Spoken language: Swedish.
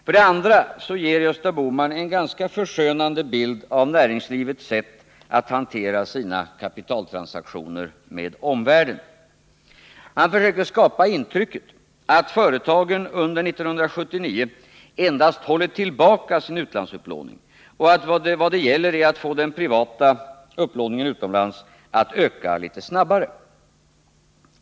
För det andra ger Gösta Bohman en ganska förskönande bild av näringslivets sätt att hantera sina kapitaltransaktioner med omvärlden. Han försökte skapa intrycket att företagen under 1979 har hållit tillbaka sin utlandsupplåning och att det bara gäller att få den privata upplåningen att öka litet snabbare.